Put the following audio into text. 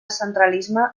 centralisme